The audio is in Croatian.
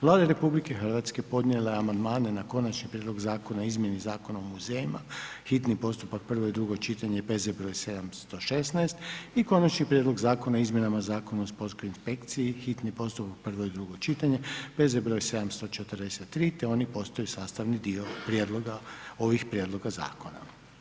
Vlada RH podnijela je amandmane na Konačni prijedlog Zakona o izmjeni Zakona o muzejima, hitni postupak, prvo i drugo čitanje, P.Z. broj 716 i Konačni prijedlog Zakona o izmjenama Zakona o sportskoj inspekciji, hitni postupak, prvo i drugo čitanje, P.Z. broj 743 te oni postaju sastavni dio prijedloga, ovih prijedloga zakona.